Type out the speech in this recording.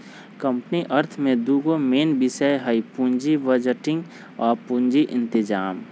company अर्थ में दूगो मेन विषय हइ पुजी बजटिंग आ पूजी इतजाम